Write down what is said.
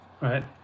right